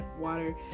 water